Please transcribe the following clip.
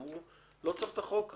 ואמרו שלא צריך את החוק,